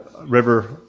River